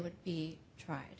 would be tried